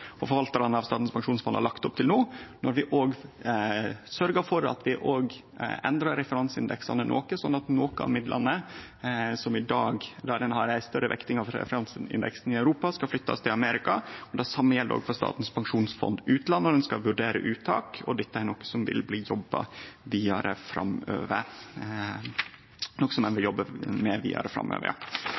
pensjonsfond har lagt opp til no, når vi sørger for at vi òg endrar referanseindeksane noko, sånn at nokre av midlane, der ein i dag har ei større vekting av referanseindeksen i Europa, skal flyttast til Amerika. Det same gjeld òg for Statens pensjonsfond utland når ein skal vurdere uttak, og dette er noko ein vil jobbe med vidare framover.